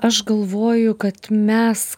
aš galvoju kad mes